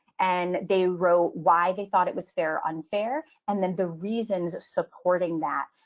and they wrote why they thought it was fair, unfair. and then the reasons supporting that.